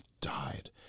died